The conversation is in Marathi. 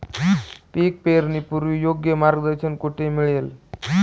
पीक पेरणीपूर्व योग्य मार्गदर्शन कुठे मिळेल?